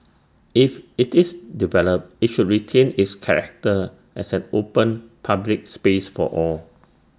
if IT is developed IT should retain its character as an open public space for all